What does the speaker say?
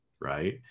right